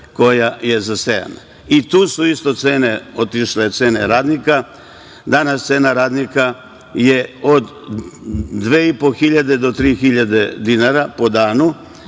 koja je zasejana. Tu su isto cene otišle, cene radnika. Danas cena radnika je od 2.500 do 3.000 dinara po danu,